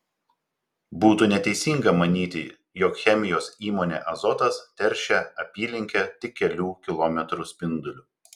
būtų neteisinga manyti jog chemijos įmonė azotas teršia apylinkę tik kelių kilometrų spinduliu